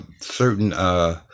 certain